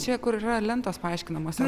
čia kur yra lentos aiškinamosios